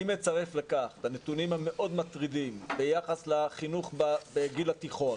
מצרף לכך את הנתונים המאוד מטרידים ביחס לחינוך בגיל התיכון